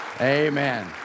Amen